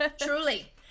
truly